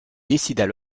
décident